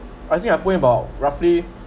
I think I have put in about roughly